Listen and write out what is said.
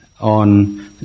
on